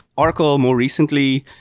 oracle more recently,